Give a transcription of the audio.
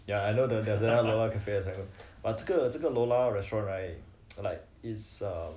yah I know there's another lola's cafe as serangoon but 这个这个 lola's restaurant right like is err